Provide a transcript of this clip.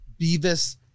Beavis